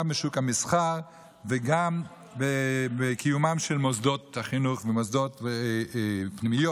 גם במסחר וגם בקיומם של מוסדות החינוך ופנימיות